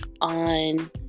on